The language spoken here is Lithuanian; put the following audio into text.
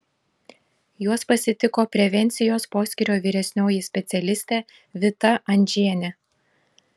juos pasitiko prevencijos poskyrio vyresnioji specialistė vita andžienė